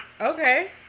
Okay